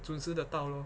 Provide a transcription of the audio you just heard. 准时的到 lor